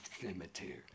Cemetery